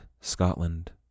Scotland